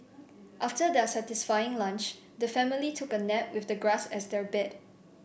after their satisfying lunch the family took a nap with the grass as their bed